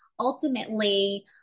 Ultimately